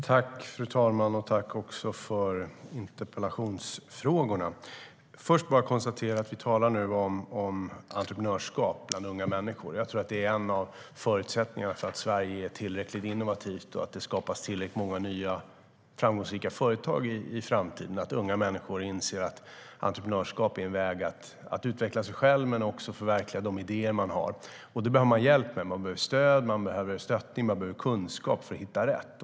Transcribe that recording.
Fru talman! Jag tackar för interpellationen. Vi talar om entreprenörskap bland unga människor. En av förutsättningarna för att Sverige ska vara innovativt och för att det ska skapas tillräckligt många nya framgångsrika företag i framtiden är att unga människor inser att entreprenörskap är en väg för att utveckla sig själv och förverkliga sina idéer. Det behöver man hjälp med. Man behöver stöd och kunskap för att hitta rätt.